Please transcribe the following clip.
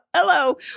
Hello